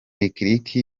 lick